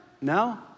No